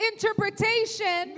interpretation